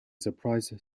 surprised